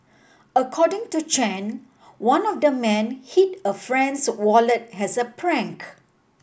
according to Chen one of the men hid a friend's wallet as a prank